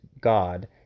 God